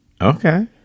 Okay